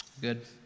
Good